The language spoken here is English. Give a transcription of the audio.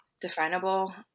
definable